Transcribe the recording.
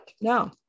no